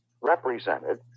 represented